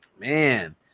Man